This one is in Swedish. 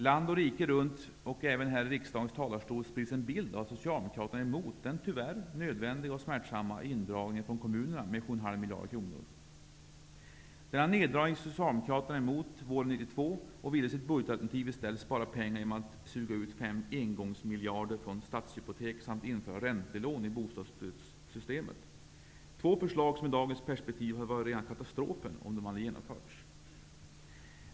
Land och rike runt, och även här i riksdagens talarstol, sprids en bild av att socialdemokraterna är emot den tyvärr nödvändiga och smärtsamma indragningen på kommunerna med 7,5 miljarder kronor. Denna neddragning gick socialdemokraterna emot våren 1992 och ville i sitt budgetalternativ i stället spara pengar genom att suga ut 5 engångsmiljarder från Stadshypotek samt införa räntelån i bostadsstödssystemet; två förslag som i dagens perspektiv hade varit rena katastrofen, om de hade genomförts.